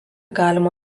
galima